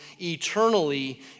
eternally